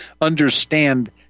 understand